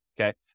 okay